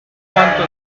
quanto